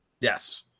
Yes